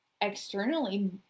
externally